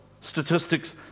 statistics